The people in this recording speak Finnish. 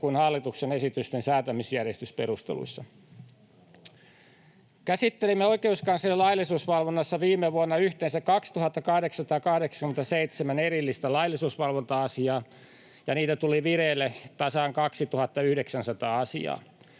kuin hallituksen esitysten säätämisjärjestysperusteluissakin. Käsittelimme oikeuskanslerin laillisuusvalvonnassa viime vuonna yhteensä 2 887 erillistä laillisuusvalvonta-asiaa, ja niitä tuli vireille tasan 2 900 asiaa.